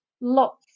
lots